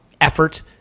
effort